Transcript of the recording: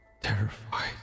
Terrified